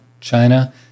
China